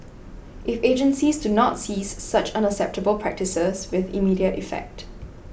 if agencies do not cease such unacceptable practices with immediate effect